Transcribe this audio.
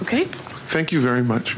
ok thank you very much